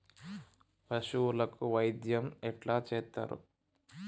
పశువులకు వైద్యం ఎట్లా చేత్తరు?